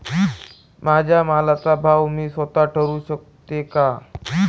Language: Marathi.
माझ्या मालाचा भाव मी स्वत: ठरवू शकते का?